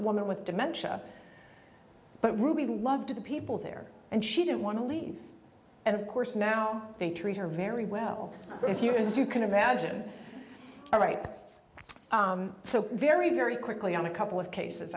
woman with dementia but ruby loved the people there and she didn't want to leave and of course now they treat her very well as you can imagine all right so very very quickly on a couple of cases